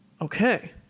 Okay